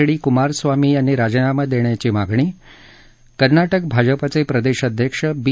D Kumaraswamy यांनी राजीनामा देण्याची मागणी कर्नाटक भाजपाचे प्रदेश अध्यक्ष बी